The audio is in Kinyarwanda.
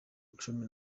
cumi